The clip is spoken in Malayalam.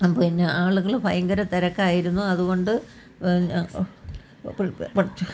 അപ്പോൾ പിന്നെ ആളുകൾ ഭയങ്കര തിരക്കായിരുന്നു അതുകൊണ്ട് പക്ഷെ